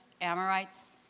Amorites